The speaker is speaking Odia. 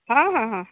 ହଁ ହଁ ହଁ